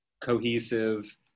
cohesive